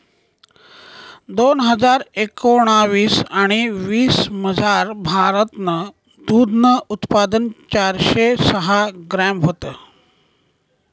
दोन हजार एकोणाविस आणि वीसमझार, भारतनं दूधनं उत्पादन चारशे सहा ग्रॅम व्हतं